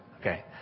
Okay